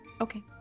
okay